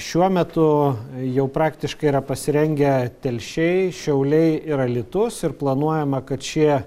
šiuo metu jau praktiškai yra pasirengę telšiai šiauliai ir alytus ir planuojama kad šie